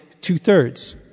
two-thirds